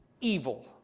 evil